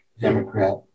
Democrat